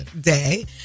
Day